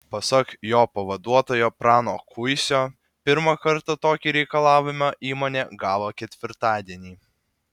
pasak jo pavaduotojo prano kuisio pirmą kartą tokį reikalavimą įmonė gavo ketvirtadienį